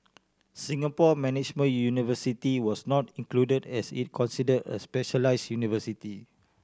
Singapore Management University was not included as it considered a specialised university